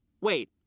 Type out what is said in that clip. Wait